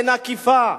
אין אכיפה,